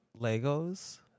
Legos